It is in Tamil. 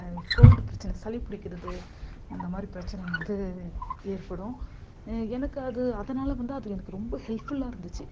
கோல்டு பிரச்சனை சளி பிடிக்கிறது அந்தமாதிரி பிரச்சனை வந்து ஏற்படும் எனக்கு அது அதனால் வந்து அது எனக்கு ரொம்ப ஹெல்ப் ஃபுல்லாக இருந்துச்சு